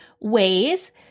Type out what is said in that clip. ways